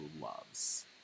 loves